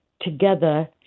together